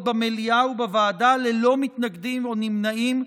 במליאה ובוועדה ללא מתנגדים או נמנעים,